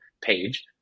page